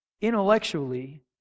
intellectually